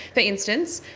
for instance,